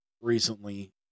recently